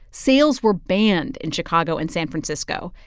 sales were banned in chicago and san francisco,